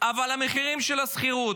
אבל המחירים של השכירות,